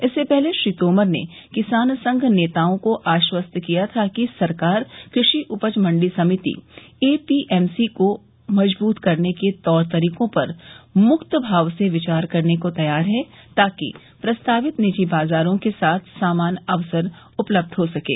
इससे पहले श्री तोमर ने किसान संघ नेताओं को आश्वस्त किया था कि सरकार कृषि उपज मंडी समिति एपीएमसी को मजबूत करने के तौर तरीकों पर मुक्त भाव से विचार करने को तैयार है ताकि प्रस्तावित निजी बाजारों के साथ समान अवसर उपलब्ध हो सकें